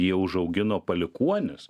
jie užaugino palikuonis